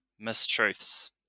mistruths